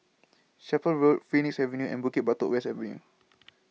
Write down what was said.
Chapel Road Phoenix Avenue and Bukit Batok West Avenue